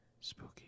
Spooky